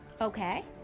Okay